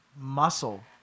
muscle